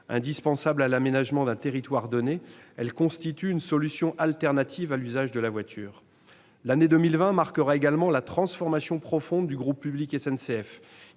Indispensables à l'aménagement d'un territoire donné, elles constituent une solution alternative à l'usage de la voiture. L'année 2020 marquera également la transformation profonde du groupe public SNCF,